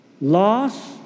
loss